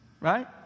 right